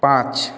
পাঁচ